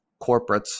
corporates